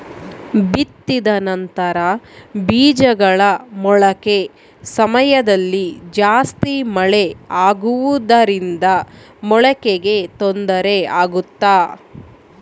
ಬಿತ್ತಿದ ನಂತರ ಬೇಜಗಳ ಮೊಳಕೆ ಸಮಯದಲ್ಲಿ ಜಾಸ್ತಿ ಮಳೆ ಆಗುವುದರಿಂದ ಮೊಳಕೆಗೆ ತೊಂದರೆ ಆಗುತ್ತಾ?